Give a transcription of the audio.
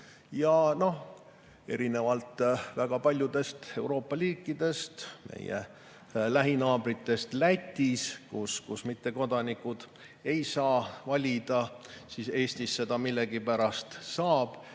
Ja noh, erinevalt väga paljudest Euroopa riikidest, näiteks ka meie lähinaabrist Lätist, kus mittekodanikud ei saa valida, Eestis seda millegipärast saab.